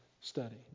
study